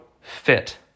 fit